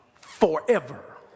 forever